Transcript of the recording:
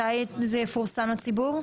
מתי זה יפורסם לציבור?